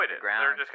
ground